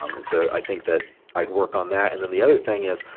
um and so i think that i'd work on that and then the other thing is,